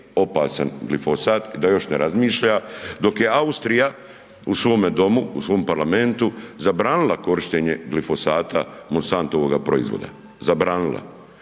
opasan glifosat i da još ne razmišlja, dok je Austrija u svoje domu, u svom parlamentu zabranila korištenje glifosata Monsantovoga proizvoda, zabranila.